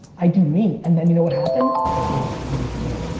i do me and then you know what happened? the world came to me.